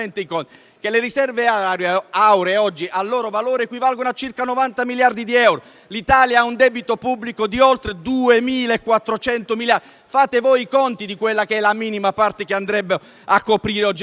che le riserve auree oggi equivalgono a circa 90 miliardi di euro. L'Italia ha un debito pubblico di oltre 2.400 miliardi. Fate i conti della minima parte che andrebbero a coprire.